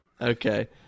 Okay